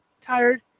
Tired